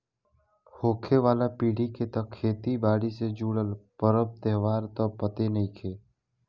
होखे वाला पीढ़ी के त खेती बारी से जुटल परब त्योहार त पते नएखे